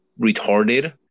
retarded